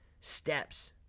steps –